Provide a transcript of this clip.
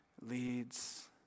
Leads